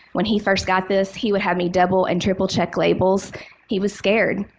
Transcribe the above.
when he first got this, he would have me double and triple check labels he was scared.